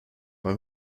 bei